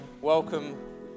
welcome